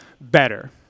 better